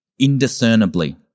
indiscernibly